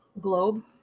Globe